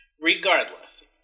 Regardless